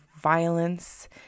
violence